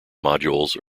modules